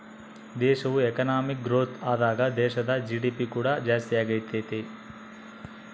ದೇಶವು economic growth ಆದಾಗ ದೇಶದ ಜಿ.ಡಿ.ಪಿ ಕೂಡ ಜಾಸ್ತಿಯಾಗತೈತೆ